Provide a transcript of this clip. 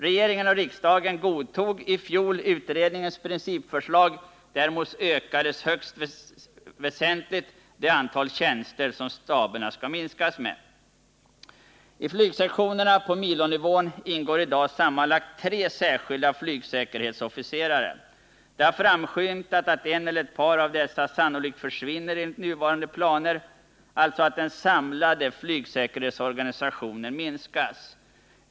Regeringen och riksdagen godtog i fjol utredningens principförslag; däremot ökades högst väsentligt det antal tjänster som staberna skall minskas med. I flygsektionerna på milonivån ingår i dag sammanlagt tre särskilda flygsäkerhetsofficerare. Det har framskymtat att en eller ett par av dessa sannolikt försvinner enligt nuvarande planer, alltså att den samlade flygsäkerhetsorganisationen minskas.